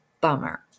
Bummer